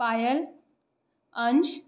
पायल अंश